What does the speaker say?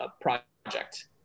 project